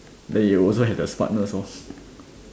then you'll also have the smartness orh